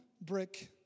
brick